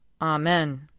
Amen